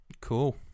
cool